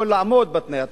מי יכול לעמוד בתנאי התחרות,